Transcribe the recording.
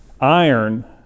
iron